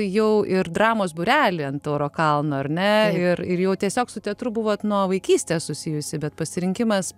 jau ir dramos būrelį ant tauro kalno ar ne ir ir jau tiesiog su teatru buvo nuo vaikystės susijusi bet pasirinkimas